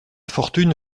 fortune